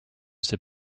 sait